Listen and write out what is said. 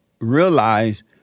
realize